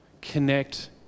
connect